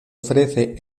ofrece